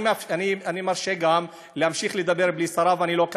אני חייבת לשמוע את דברי, אולי תזמיני,